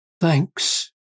thanks